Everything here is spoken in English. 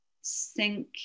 sink